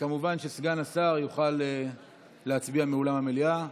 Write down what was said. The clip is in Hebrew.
כמובן שסגן השר יוכל להצביע מאולם המליאה,